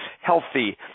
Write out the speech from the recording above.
healthy